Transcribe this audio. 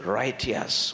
righteous